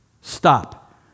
stop